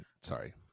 Sorry